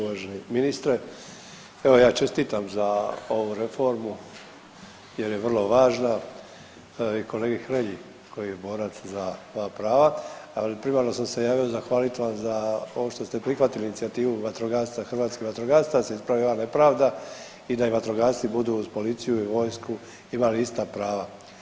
Uvaženi ministre, evo ja čestitam za ovu reformu jer je vrlo važna i kolegi Hrelji koji je borac za ova prava, ali primarno sam se javio zahvalit vam za ovo što ste prihvatili inicijativu vatrogastva, hrvatskih vatrogastva, da se ispravi ova nepravda i da i vatrogasci budu uz policiju i vojsku i imali ista prava.